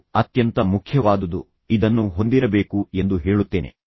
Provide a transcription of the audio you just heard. ಅದು ಅತ್ಯಂತ ಮುಖ್ಯವಾದುದು ಅದಕ್ಕಾಗಿಯೇ ನಾನು ಇದನ್ನು ಹೊಂದಿರಬೇಕು ಎಂದು ಹೇಳುತ್ತೇನೆ